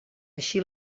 així